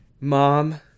Mom